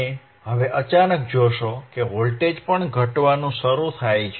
તમે હવે અચાનક જોશો કે વોલ્ટેજ પણ ઘટવાનું શરૂ થયું છે